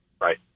Right